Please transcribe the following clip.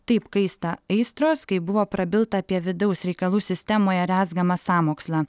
taip kaista aistros kai buvo prabilta apie vidaus reikalų sistemoje rezgamą sąmokslą